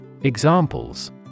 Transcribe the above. Examples